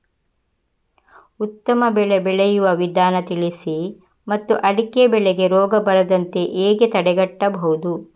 ಉತ್ತಮ ಬೆಳೆ ಬೆಳೆಯುವ ವಿಧಾನ ತಿಳಿಸಿ ಮತ್ತು ಅಡಿಕೆ ಬೆಳೆಗೆ ರೋಗ ಬರದಂತೆ ಹೇಗೆ ತಡೆಗಟ್ಟಬಹುದು?